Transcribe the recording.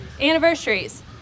anniversaries